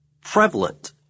prevalent –